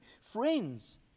Friends